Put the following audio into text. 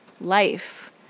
life